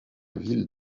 ville